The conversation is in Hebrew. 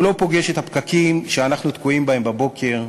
הוא לא פוגש את הפקקים שאנחנו תקועים בהם בבוקר,